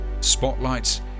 spotlights